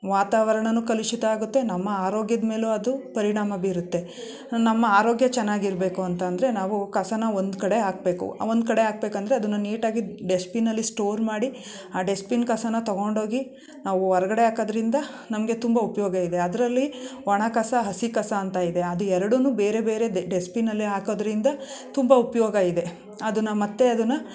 ವಾತಾವರಣವೂ ಕಲುಷಿತ ಆಗುತ್ತೆ ನಮ್ಮ ಆರೋಗ್ಯದ ಮೇಲೂ ಅದು ಪರಿಣಾಮ ಬೀರುತ್ತೆ ನಮ್ಮ ಆರೋಗ್ಯ ಚೆನ್ನಾಗಿರಬೇಕು ಅಂತಂದರೆ ನಾವು ಕಸನ ಒಂದ್ಕಡೆ ಹಾಕಬೇಕು ಒಂದ್ಕಡೆ ಹಾಕ್ಬೇಕೆಂದ್ರೆ ಅದನ್ನು ನೀಟಾಗಿ ಡಸ್ಟ್ಬಿನಲ್ಲಿ ಸ್ಟೋರ್ ಮಾಡಿ ಆ ಡಸ್ಟ್ಬಿನ್ ಕಸನ ತಗೊಂಡೋಗಿ ನಾವು ಹೊರಗಡೆ ಹಾಕೋದರಿಂದ ನಮಗೆ ತುಂಬ ಉಪಯೋಗ ಇದೆ ಅದರಲ್ಲಿ ಒಣಕಸ ಹಸಿಕಸ ಅಂತ ಇದೆ ಅದು ಎರಡನ್ನೂ ಬೇರೆ ಬೇರೆ ಡಸ್ಟ್ಬಿನಲ್ಲಿ ಹಾಕೋದರಿಂದ ತುಂಬ ಉಪಯೋಗ ಇದೆ ಅನ್ನು ಮತ್ತೆ ಅದನ್ನು